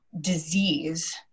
disease